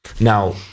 Now